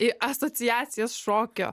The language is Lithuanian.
i asociacijas šokio